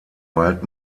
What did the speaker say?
wald